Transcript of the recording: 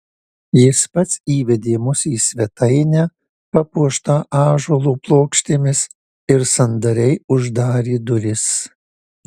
jis pats įvedė mus į svetainę papuoštą ąžuolo plokštėmis ir sandariai uždarė duris